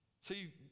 See